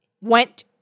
went